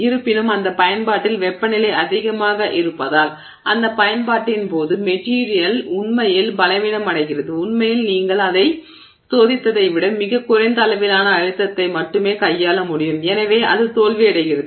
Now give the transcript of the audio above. இருப்பினும் அந்த பயன்பாட்டில் வெப்பநிலை அதிகமாக இருப்பதால் அந்த பயன்பாட்டின் போது மெட்டிரியல் உண்மையில் பலவீனமடைகிறது உண்மையில் நீங்கள் அதை சோதித்ததை விட மிகக் குறைந்த அளவிலான அழுத்தத்தை மட்டுமே கையாள முடியும் எனவே அது தோல்வியடைகிறது